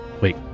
Wait